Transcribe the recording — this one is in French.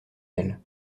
elle